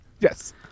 yes